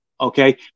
Okay